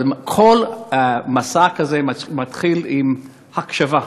אבל כל מסע כזה מתחיל בהקשבה.